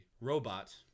robot